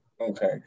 Okay